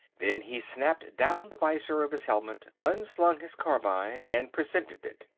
then he snapped down the visor of his helmet, unslung his carbine, and presented it.